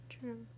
True